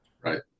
Right